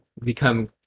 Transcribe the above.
become